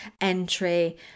entry